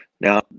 now